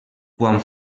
quan